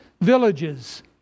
villages